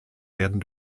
werden